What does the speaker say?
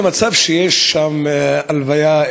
במצב שיש שם הלוויה,